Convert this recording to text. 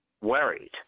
worried